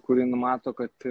kuri numato kad